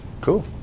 cool